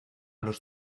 los